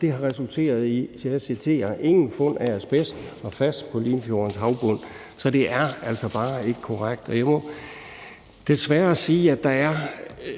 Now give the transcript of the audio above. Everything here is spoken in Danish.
Det har resulteret i, og jeg citerer: Ingen fund af asbest og PFAS på Limfjordens havbund. Så det er altså bare ikke korrekt, og jeg må desværre sige, at der er